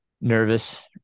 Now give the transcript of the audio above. nervous